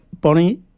Bonnie